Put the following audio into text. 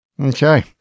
okay